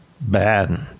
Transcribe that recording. bad